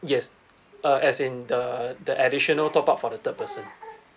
yes uh as in the the additional top up for the third person